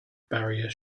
barrier